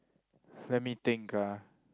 let me think ah